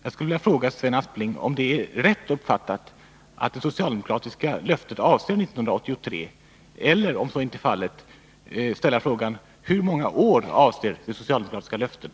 Är det rätt uppfattat, Sven Aspling, att det socialdemokratiska löftet avser 1983? Om så inte är fallet, vill jag ställa frågan: Hur många år avser det socialdemokratiska löftet?